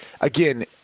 again